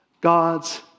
God's